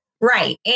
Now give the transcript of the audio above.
Right